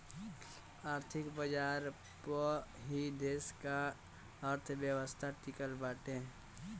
आर्थिक बाजार पअ ही देस का अर्थव्यवस्था टिकल बाटे